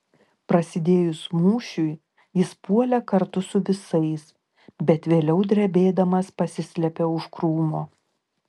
prasidėjus mūšiui jis puolė kartu su visais bet vėliau drebėdamas pasislėpė už krūmo